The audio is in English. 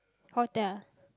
hotel